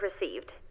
received